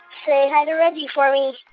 say hi to reggie for me